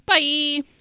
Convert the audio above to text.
Bye